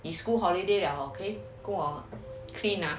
你 school holiday liao okay 跟我 clean ah